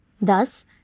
Thus